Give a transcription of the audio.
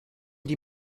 die